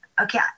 okay